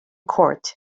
court